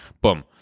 Boom